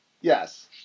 Yes